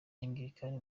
angilikani